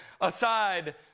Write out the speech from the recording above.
aside